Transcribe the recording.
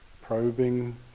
probing